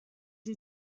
you